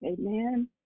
Amen